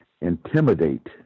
intimidate